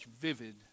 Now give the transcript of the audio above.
vivid